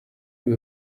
you